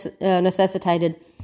necessitated